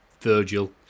Virgil